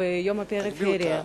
ויום הפריפריה.